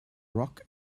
rock